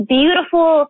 beautiful